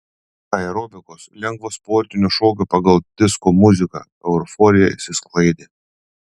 aerobikos lengvo sportinio šokio pagal disko muziką euforija išsisklaidė